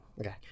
Okay